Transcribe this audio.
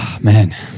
man